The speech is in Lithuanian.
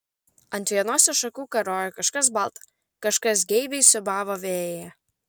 ant vienos iš šakų karojo kažkas balta kažkas geibiai siūbavo vėjyje